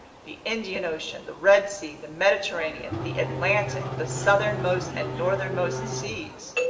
the indian ocean, the red sea, the mediterranean, the atlantic, the southernmost and northernmost seas!